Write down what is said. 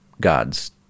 god's